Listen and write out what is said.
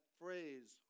phrase